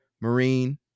Marine